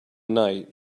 night